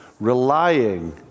relying